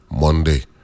Monday